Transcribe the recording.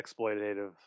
exploitative